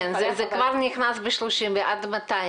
עד מתי?